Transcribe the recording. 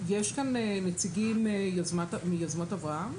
יש כאן נציגים מיוזמת אברהם?